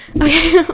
okay